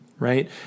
Right